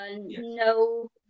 no